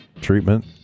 treatment